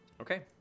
Okay